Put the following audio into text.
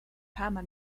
pama